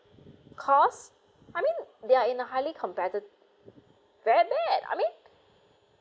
cause I mean they are in a highly competi~ very bad I mean